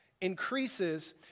increases